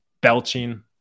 Belching